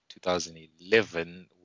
2011